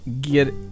Get